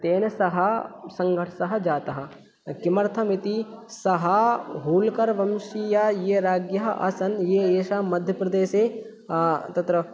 तेन सह संघर्षः जातः किमर्थमिति सः होलकरवंशीयः ये राज्ञः आसन् ये येषां मध्यप्रदेशे तत्र